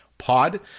pod